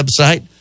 website